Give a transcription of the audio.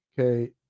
okay